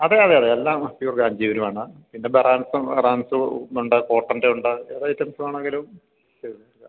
അതെ അതെ അതെ എല്ലാം പ്യൂർ കാഞ്ചീപുരം ആണ് പിന്നെ ബനാറസും ബനാറസും ഉണ്ട് കോട്ടൻ്റെ ഉണ്ട് ഏത് ഐറ്റംസ് വേണമെങ്കിലും തിരഞ്ഞെടുക്കാം